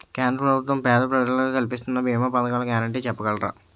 కేంద్ర ప్రభుత్వం పేద ప్రజలకై కలిపిస్తున్న భీమా పథకాల గ్యారంటీ చెప్పగలరా?